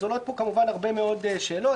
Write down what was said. עולות פה הרבה מאוד שאלות.